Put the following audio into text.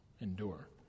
endure